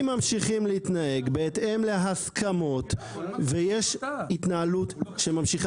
אם ממשיכים להתנהג בהתאם להסכמות ויש התנהלות שממשיכה